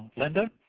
linda.